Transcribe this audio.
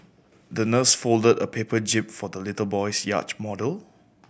the nurse folded a paper jib for the little boy's yacht model